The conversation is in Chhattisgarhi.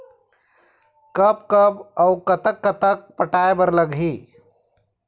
कब कब अऊ कतक कतक पटाए बर लगही